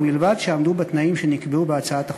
ובלבד שעמדו בתנאים שנקבעו בהצעת החוק.